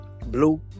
blue